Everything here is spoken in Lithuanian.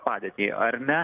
padėtį ar ne